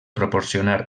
proporcionar